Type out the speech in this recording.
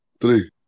three